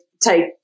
take